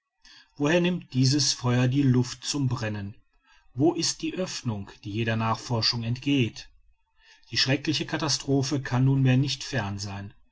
woher nimmt dieses feuer die luft zum brennen wo ist die oeffnung die jeder nachforschung entgeht die schreckliche katastrophe kann nunmehr nicht fern sein